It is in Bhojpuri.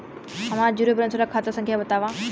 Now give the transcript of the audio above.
हमार जीरो बैलेस वाला खाता संख्या वतावा?